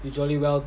you jolly well